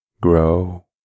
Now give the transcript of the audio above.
grow